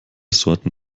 sorten